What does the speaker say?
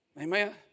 Amen